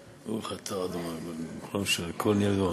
ברוך אתה ה' אלוקינו מלך העולם שהכול נהיה בדברו.